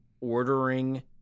ordering